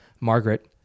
Margaret